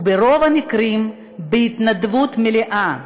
וברוב המקרים בהתנדבות מלאה,